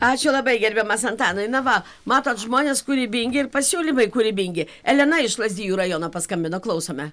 ačiū labai gerbiamas antanai na va matot žmonės kūrybingi ir pasiūlymai kūrybingi elena iš lazdijų rajono paskambino klausome